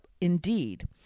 indeed